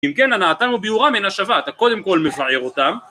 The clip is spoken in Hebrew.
אם כן הנאתם וביעורם מן השבה, אתה קודם כל מבער אותם